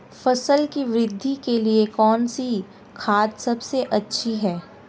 फसल की वृद्धि के लिए कौनसी खाद सबसे अच्छी है?